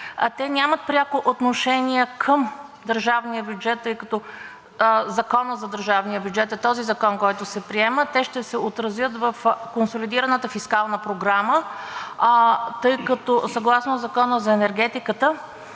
Те нямат пряко отношение към държавния бюджет, тъй като Законът за държавния бюджет е този закон, който се приема. Те ще се отразят в консолидираната фискална програма, тъй като съгласно Закона за енергетиката